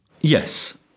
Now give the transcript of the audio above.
Yes